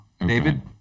David